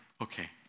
Okay